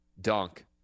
dunk